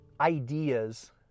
ideas